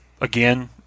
again